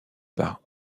par